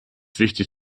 wichtig